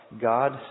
God